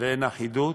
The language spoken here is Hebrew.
ואין אחידות,